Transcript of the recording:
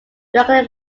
directly